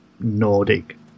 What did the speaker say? Nordic